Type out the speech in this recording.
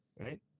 right